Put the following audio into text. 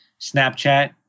Snapchat